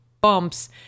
bumps